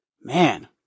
man